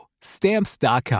Stamps.com